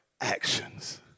actions